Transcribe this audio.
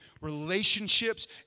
relationships